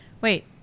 Wait